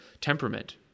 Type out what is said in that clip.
temperament